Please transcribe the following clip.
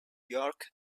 york